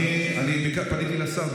אני פניתי לשר,